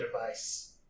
device